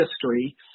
history